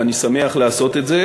ואני שמח לעשות את זה.